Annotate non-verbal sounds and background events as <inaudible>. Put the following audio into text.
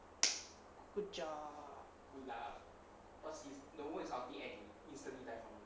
<noise> good job